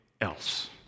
else